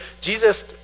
Jesus